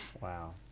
Wow